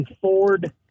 Ford